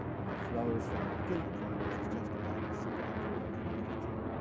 and it flows from the beginning point which is just about a simple idea of a commodity.